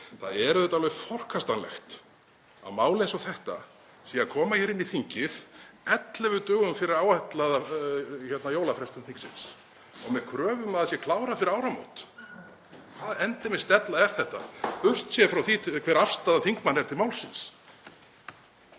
Það er alveg forkastanlegt að mál eins og þetta sé að koma hér inn í þingið 11 dögum fyrir áætlaða jólafrestun þingsins, með kröfu um að það sé klárað fyrir áramót. Hvaða endemis della er þetta, burt séð frá því hver afstaða þingmanna er til málsins?